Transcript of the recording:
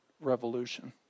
revolution